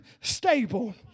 stable